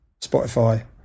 Spotify